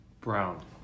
brown